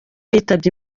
yitabye